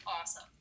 awesome